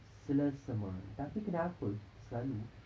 selesema tapi kenapa kita selalu